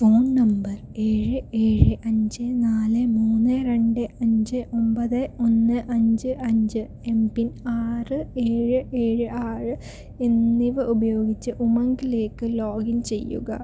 phone number ഏഴ് ഏഴ് അഞ്ച് നാല് മൂന്ന് രണ്ട് അഞ്ച് ഒമ്പത് ഒന്ന് അഞ്ച് അഞ്ച് എം പിൻ ആറ് ഏഴ് ഏഴ് ആറ് എന്നിവ ഉപയോഗിച്ച് ഉമംഗിലേക്ക് ലോഗിൻ ചെയ്യുക